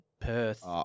Perth